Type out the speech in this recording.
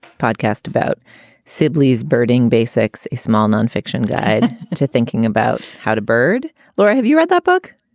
podcast about sibley's birding basics, a small non-fiction guide to thinking about how to bird laura, have you read that book?